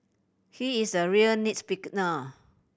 he is a real nits